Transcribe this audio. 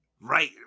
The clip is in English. right